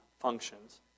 functions